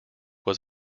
was